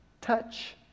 touch